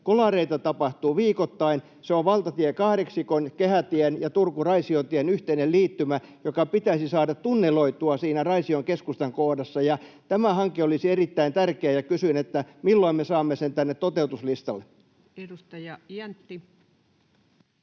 Kolareita tapahtuu viikoittain. Se on valtatie kahdeksikon, kehätien ja Turku—Raisio-tien yhteinen liittymä, joka pitäisi saada tunneloitua siinä Raision keskustan kohdalla. Tämä hanke olisi erittäin tärkeä, ja kysyn: milloin me saamme sen tänne toteutuslistalle? Edustaja Jäntti.